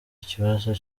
ikibazo